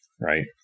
right